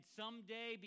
someday